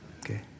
okay